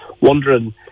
wondering